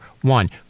One